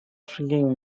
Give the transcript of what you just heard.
shrieking